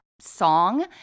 song